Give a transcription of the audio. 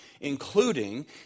including